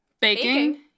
Baking